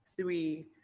three